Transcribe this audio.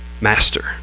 master